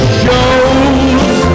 shows